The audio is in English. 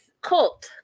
Colt